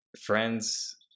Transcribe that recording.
friends